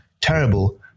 terrible